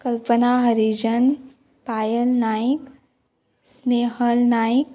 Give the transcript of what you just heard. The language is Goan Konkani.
कल्पना हरीजन पायल नायक स्नेहल नायक